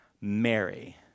Mary